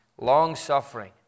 long-suffering